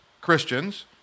Christians